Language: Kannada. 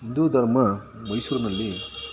ಹಿಂದೂ ಧರ್ಮ ಮೈಸೂರಿನಲ್ಲಿ